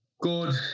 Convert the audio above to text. good